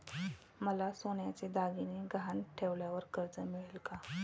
मला सोन्याचे दागिने गहाण ठेवल्यावर कर्ज मिळेल का?